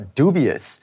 dubious